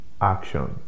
action